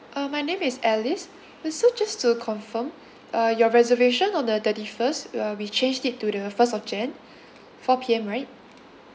uh my name is alice uh so just to confirm uh your reservation on the thirty first uh we changed it to the first of jan four P_M right